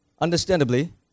understandably